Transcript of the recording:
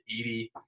80